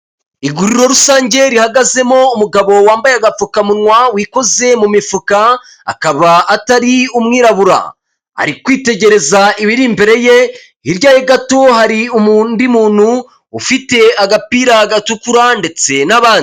Iguriro rusange rihagazemo umugabo wambaye agapfukamunwa wikoze mu mifuka akaba atari umwirabura, ari kwitegereza ibiri imbere ye, hirya gato hari undi muntu ufite agapira gatukura ndetse n'abandi.